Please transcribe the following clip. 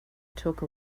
took